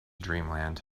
dreamland